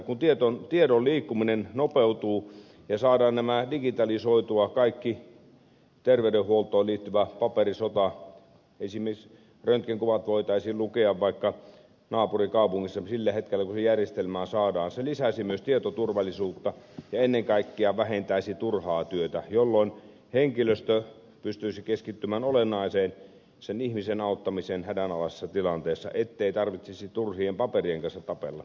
kun tiedon liikkuminen nopeutuu ja saadaan digitalisoitua kaikki terveydenhuoltoon liittyvä paperisota esimerkiksi röntgenkuvat voitaisiin lukea vaikka naapurikaupungissa sillä hetkellä kun ne järjestelmään saadaan se lisää myös tietoturvallisuutta ja ennen kaikkea vähentää turhaa työtä jolloin henkilöstö pystyy keskittymään olennaiseen ihmisen auttamiseen hädänalaisessa tilanteessa ettei tarvitse turhien papereiden kanssa tapella